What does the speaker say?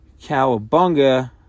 Cowabunga